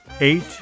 eight